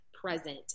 present